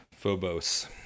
Phobos